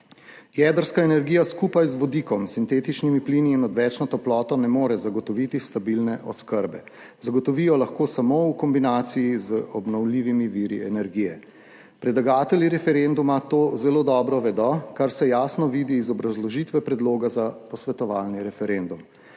Jedrska energija skupaj z vodikom, sintetičnimi plini in odvečno toploto ne more zagotoviti stabilne oskrbe, zagotovi jo lahko samo v kombinaciji z obnovljivimi viri energije. Predlagatelji referenduma to zelo dobro vedo, kar se jasno vidi iz obrazložitve predloga za posvetovalni referendum.